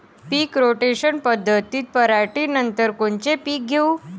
पीक rotation पद्धतीत पराटीनंतर कोनचे पीक घेऊ?